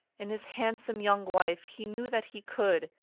in his handsome young wife he knew that he could,